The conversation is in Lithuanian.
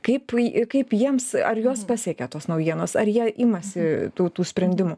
kaip į kaip jiems ar juos pasiekia tos naujienos ar jie imasi tų tų sprendimų